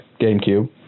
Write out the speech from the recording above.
GameCube